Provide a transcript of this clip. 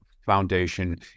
foundation